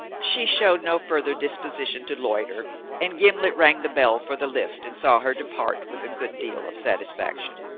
she showed no further disposition to loiter and gimblet rang the bell for the lift and saw her depart with a good deal of satisfaction.